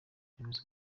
ubuyobozi